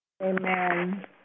Amen